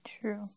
True